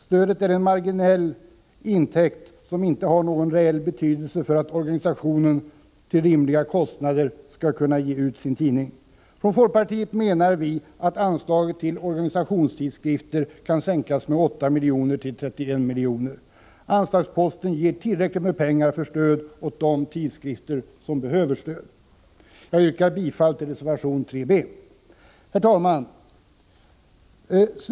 Stödet är en marginell intäkt som inte har någon betydelse för att organisationen till rimliga kostnader skall kunna ge ut sin tidning. Från folkpartiet menar vi att anslaget till organisationstidskrifter kan sänkas med 8 miljoner till 31 miljoner. Anslagsposten ger tillräckligt med pengar för stöd åt de tidskrifter som behöver stöd. Jag yrkar bifall till reservation 3 b. Herr talman!